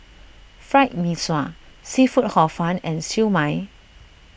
Fried Mee Sua Seafood Hor Fun and Siew Mai